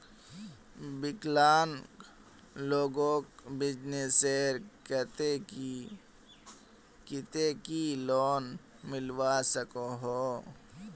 विकलांग लोगोक बिजनेसर केते की लोन मिलवा सकोहो?